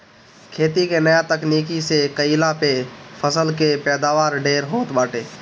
खेती के नया तकनीकी से कईला पअ फसल के पैदावार ढेर होत बाटे